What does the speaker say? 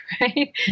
right